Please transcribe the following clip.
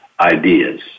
ideas